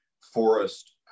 forest